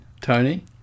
tony